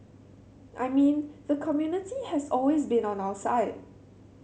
I mean the community has always been on our side